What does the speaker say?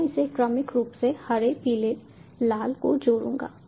मैं इसे क्रमिक रूप से हरे पीले लाल को जोड़ूंगा